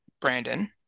Brandon